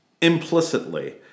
implicitly